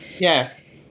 Yes